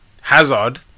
Hazard